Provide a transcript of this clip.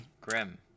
Grim